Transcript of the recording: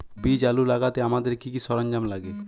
বীজ আলু লাগাতে আমাদের কি কি সরঞ্জাম লাগে?